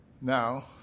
Now